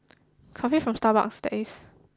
coffee from Starbucks that is